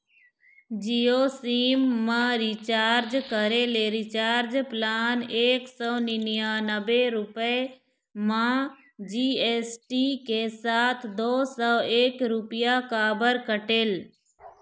Jio sim मा recharge करे ले रिचार्ज प्लान एक सौ निन्यानबे रुपए मा जी.एस.टी के साथ दो सौ एक रुपया काबर कटेल?